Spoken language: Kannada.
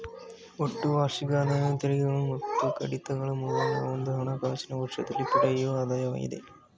ಒಟ್ಟು ವಾರ್ಷಿಕ ಆದಾಯವು ತೆರಿಗೆಗಳು ಮತ್ತು ಕಡಿತಗಳ ಮೊದಲು ಒಂದು ಹಣಕಾಸಿನ ವರ್ಷದಲ್ಲಿ ಪಡೆಯುವ ಆದಾಯವಾಗಿದೆ